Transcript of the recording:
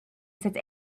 sits